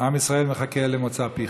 עם ישראל מחכה למוצא פיך.